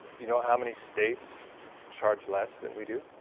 you know how many states charge less than we do?